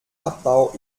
abbau